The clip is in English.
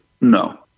No